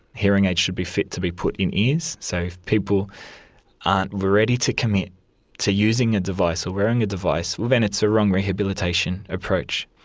hearing aids should be fit to be put in ears. so if people aren't ready to commit to using a devise or wearing a device, well then it's a wrong rehabilitation approach.